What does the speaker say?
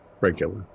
Regular